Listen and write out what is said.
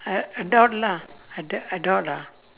uh adult lah ad~ adult ah